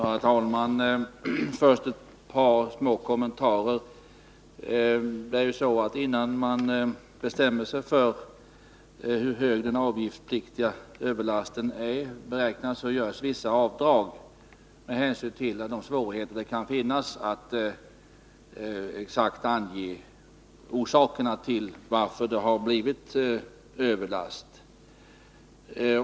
Herr talman! Jag vill börja med ett par korta kommentarer. Innan man bestämmer sig för hur stor den avgiftspliktiga överlasten beräknas vara görs vissa avdrag med hänsyn till att svårigheter kan finnas att exakt ange orsakerna till att det blivit överlast.